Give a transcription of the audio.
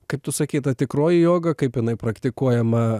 kaip tu sakei ta tikroji joga kaip jinai praktikuojama